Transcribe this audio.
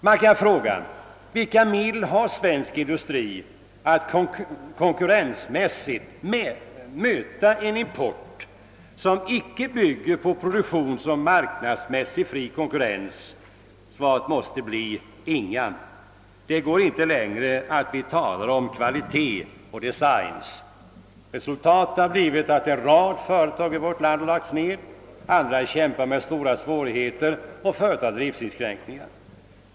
Man kan fråga sig: Vilka medel har svensk industri att konkurrensmässigt möta en import som inte bygger på produktionsoch marknadsmässig fri konkurrens? Svaret måste bli: Inga. Det går inte längre att tala om kvalitet och design. Resultatet har blivit att en rad företag i vårt land har lagts ned och att andra kämpar med stora svårigheter och företar driftinskränkningar.